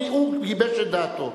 הוא גיבש את דעתו.